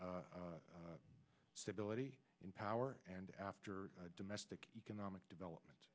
civility in power and after domestic economic development